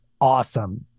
awesome